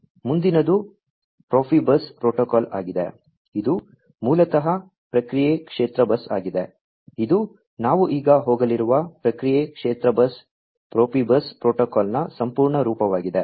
ಮುಂದಿನದು Profibus protocol ಆಗಿದೆ ಇದು ಮೂಲತಃ ಪ್ರಕ್ರಿಯೆ ಕ್ಷೇತ್ರ ಬಸ್ ಆಗಿದೆ ಇದು ನಾವು ಈಗ ಹೋಗಲಿರುವ ಪ್ರಕ್ರಿಯೆ ಕ್ಷೇತ್ರ ಬಸ್ ಪ್ರೊಫಿಬಸ್ ಪ್ರೋಟೋಕಾಲ್ನ ಸಂಪೂರ್ಣ ರೂಪವಾಗಿದೆ